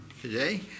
today